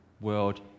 world